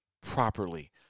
properly